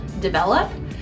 develop